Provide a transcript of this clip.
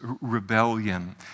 rebellion